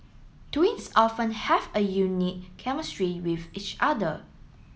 twins often have a unique chemistry with each other